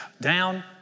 down